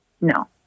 No